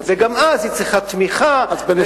וגם אז היא צריכה תמיכה אוקיי, אז בנסיבות.